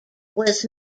was